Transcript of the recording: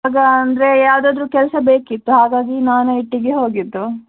ಆವಾಗ ಅಂದರೆ ಯಾವುದಾದರೂ ಕೆಲಸ ಬೇಕಿತ್ತು ಹಾಗಾಗಿ ನಾನ್ ಐ ಟಿಗೆ ಹೋಗಿದ್ದು